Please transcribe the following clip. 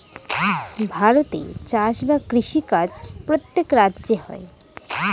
ভারতে চাষ বা কৃষি কাজ প্রত্যেক রাজ্যে হয়